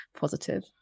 positive